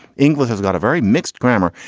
english has got a very mixed grammar.